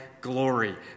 glory